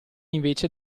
invece